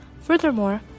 Furthermore